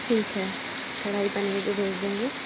ठीक है कढ़ाई पनीर भी भेज देंगे